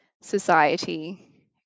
society